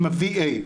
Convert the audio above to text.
עם ה-VA,